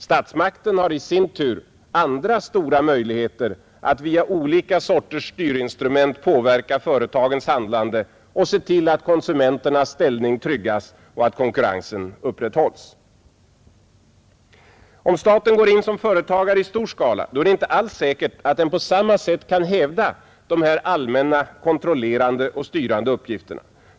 Statsmakten har i sin tur andra stora möjligheter att via olika sorters styrinstrument påverka företagens handlande och se till att konsumenternas ställning tryggas och att konkurrensen upprätthålls. Om staten går in som företagare i stor skala är det inte alls säkert att den på samma sätt kan hävda de här allmänna kontrollerande och styrande uppgifterna.